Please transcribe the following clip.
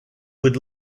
would